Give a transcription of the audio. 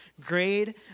grade